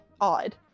odd